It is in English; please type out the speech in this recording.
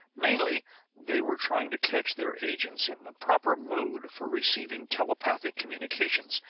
mainly they were trying to catch their agents in the proper mood for receiving telepathic communications,